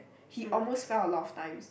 he almost fell a lot of times